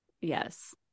Yes